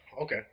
Okay